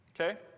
okay